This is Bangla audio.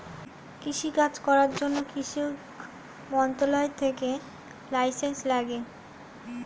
কৃষি কাজ করার জন্যে কৃষি মন্ত্রণালয় থেকে লাইসেন্স লাগে